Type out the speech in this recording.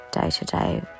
day-to-day